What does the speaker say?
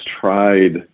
tried